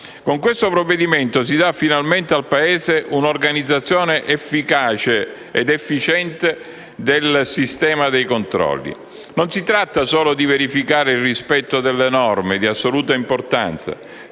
Con questo provvedimento si dà finalmente al Paese un'organizzazione efficace ed efficiente del sistema dei controlli. Non si tratta solo di verificare il rispetto delle norme, di assoluta importanza;